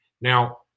Now